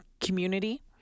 community